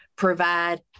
Provide